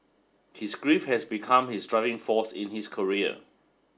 his grief had become his driving force in his career